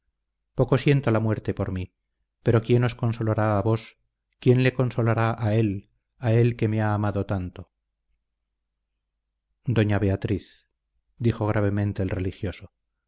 poco siento la muerte por mí pero quién os consolará a vos quién le consolará a él a él que me ha amado tanto doña beatriz dijo gravemente el religioso